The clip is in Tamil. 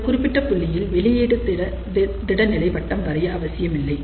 இந்த குறிப்பிட்ட புள்ளியில் வெளியீடு திட நிலை வட்டம் வரைய அவசியமில்லை